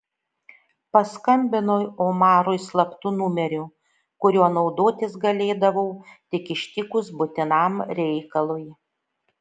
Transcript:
paskambinau omarui slaptu numeriu kuriuo naudotis galėdavau tik ištikus būtinam reikalui